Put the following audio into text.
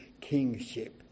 kingship